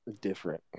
Different